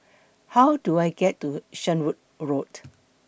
How Do I get to Shenvood Road